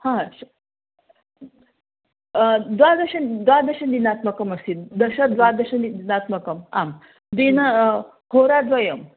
हा श् द्वादश द्वादशदिनात्मकमस्ति दशद्वादश दिनात्मकः आं दिना होराद्वयम्